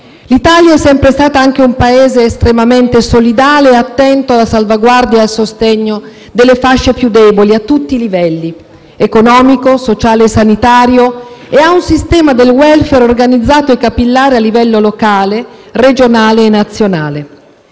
L'Italia è sempre stata anche un Paese estremamente solidale e attento alla salvaguardia e al sostegno delle fasce più deboli, a tutti i livelli (economico, sociale e sanitario) e ha un sistema del *welfare* organizzato e capillare a livello locale, regionale e nazionale.